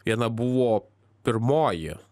viena buvo pirmoji